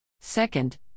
Second